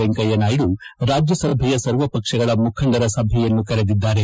ವೆಂಕಯ್ಯ ನಾಯ್ದು ರಾಜ್ಯಸಭೆಯ ಸರ್ವಪಕ್ಷಗಳ ಮುಖಂಡರ ಸಭೆಯನ್ನು ಕರೆದಿದ್ದಾರೆ